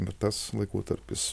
bet tas laikotarpis